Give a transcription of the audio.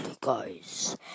guys